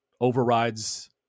overrides